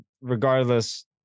regardless